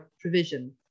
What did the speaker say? provision